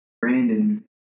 Brandon